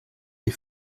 des